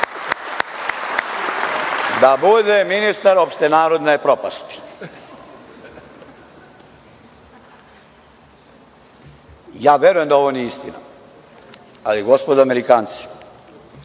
da bude ministar opšte narodne propasti. Verujem da ovo nije istina, ali gospodo Amerikanci,